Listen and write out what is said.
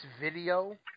video